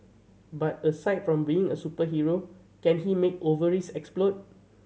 but aside from being a superhero can he make ovaries explode